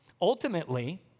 Ultimately